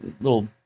little